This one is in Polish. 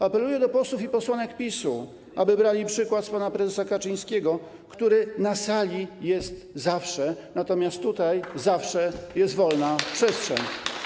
Apeluję do posłów i posłanek PiS-u, aby brali przykład z pana prezesa Kaczyńskiego, który na sali jest zawsze, natomiast tutaj zawsze jest wolna przestrzeń.